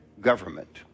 government